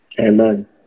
Amen